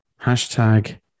Hashtag